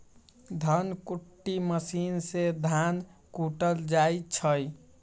धन कुट्टी मशीन से धान कुटल जाइ छइ